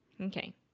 Okay